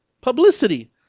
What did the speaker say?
publicity